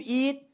eat